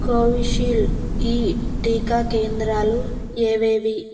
Covishield ఈ టీకా కేంద్రాలు ఏవేవి